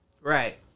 Right